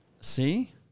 See